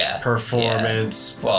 performance